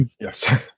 Yes